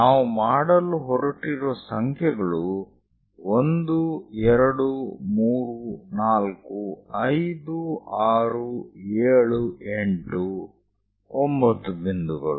ನಾವು ಮಾಡಲು ಹೊರಟಿರುವ ಸಂಖ್ಯೆಗಳು 1 2 3 4 5 6 7 8 9 ಬಿಂದುಗಳು